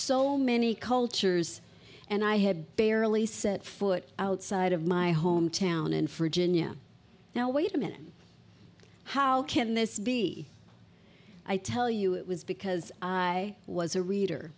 so many cultures and i had barely set foot outside of my home town and fridge and yeah now wait a minute how can this be i tell you it was because i was a reader